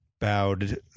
bowed